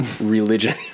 religion